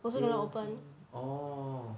Teo Heng oh